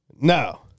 No